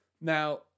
now